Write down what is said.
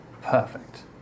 Perfect